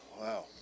wow